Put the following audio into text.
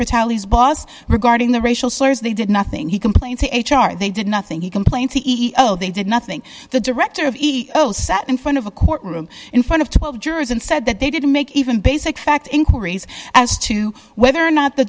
fatalities boss regarding the racial slurs they did nothing he complained to him are they did nothing he complained c e o they did nothing the director of eat those sat in front of a courtroom in front of twelve jurors and said that they didn't make even basic fact inquiries as to whether or not the